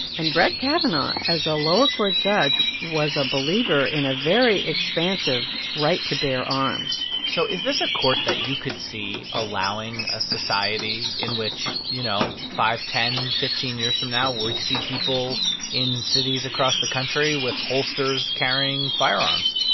and brett kavanaugh, as a lower court judge, was a believer in a very expansive right to bear arms so is this a court that you could see allowing a society in which, you know, five, ten, fifteen years from now, we see people in cities across the country with holsters carrying firearms?